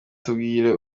tubwire